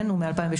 הוא מ-2018,